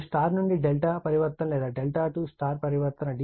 మరియు Y→ ∆ పరివర్తన లేదా ∆→ Y పరివర్తన